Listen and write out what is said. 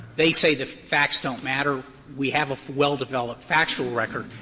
they say the facts don't matter. we have a well-developed factual record.